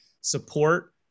support